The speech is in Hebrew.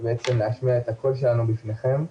בעצם להשמיע את הקול שלנו בפניכם.